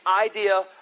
idea